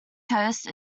coast